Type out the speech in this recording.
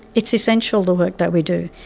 it's essential the work that we do.